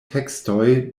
tekstoj